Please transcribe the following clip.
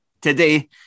today